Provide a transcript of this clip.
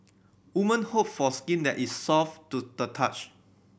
woman hope for skin that is soft to the touch